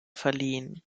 verliehen